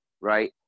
right